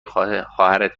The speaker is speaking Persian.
خواهرت